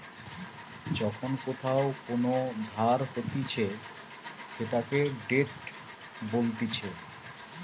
যখন কোথাও কোন ধার হতিছে সেটাকে ডেট বলতিছে